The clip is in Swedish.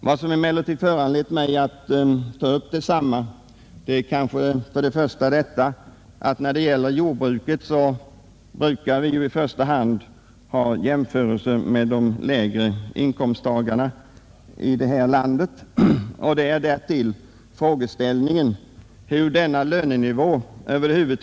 Vad som emellertid föranlett mig att ta upp frågan om låglönebudet är kanske först och främst att vi när det gäller jordbruket i första hand brukar göra jämförelse med de lägre inkomsttagarna i detta land. Vidare är det fråga om hur denna lönenivå över huvud.